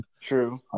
True